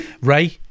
Ray